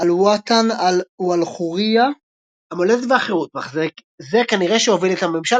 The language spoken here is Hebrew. الوطن والحرية - "המולדת והחירות" - מחזה זה כנראה שהוביל את הממשל